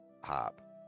hop